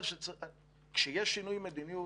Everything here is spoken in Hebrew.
כשיש שינוי מדיניות,